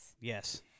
Yes